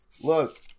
Look